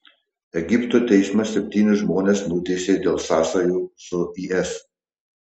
egipto teismas septynis žmones nuteisė dėl sąsajų su is